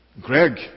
Greg